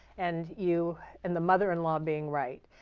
and you and the mother-in-law being right,